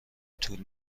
طول